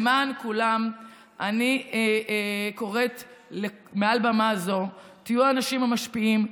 למען כולן אני קוראת מעל במה זו: תהיו האנשים המשפיעים,